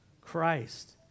Christ